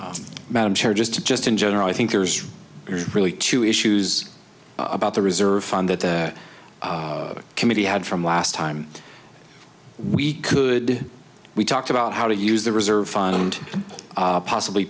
just just in general i think there's really two issues about the reserve fund that the committee had from last time we could we talked about how to use the reserve fund possibly